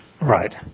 Right